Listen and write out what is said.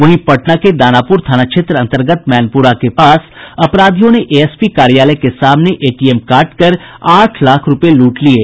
वहीं पटना के दानापुर थाना क्षेत्र अन्तर्गत मैनपुरा के पास अपराधियों ने एएसपी कार्यालय के सामने एटीएम काटकर आठ लाख रूपये लूट लिये